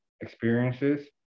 experiences